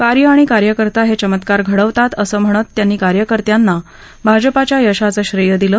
कार्य आणि कार्यकर्ता हे चमत्कार घडवतात असं म्हणत त्यांनी कार्यकर्त्यांना भाजपच्या यशाचं श्रेयं दिलं